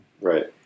Right